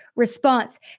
Response